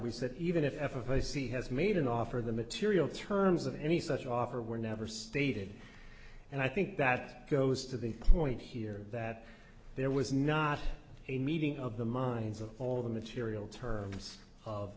we said even if f o c has made an offer the material terms of any such offer were never stated and i think that goes to the point here that there was not a meeting of the minds of all the material terms of